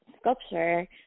sculpture